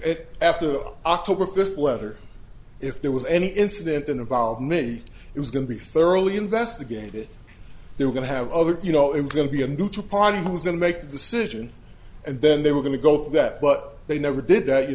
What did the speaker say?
it after october fifth whether if there was any incident involving me it was going to be thoroughly investigated they were going to have other you know it was going to be a neutral party who's going to make that decision and then they were going to go through that but they never did that you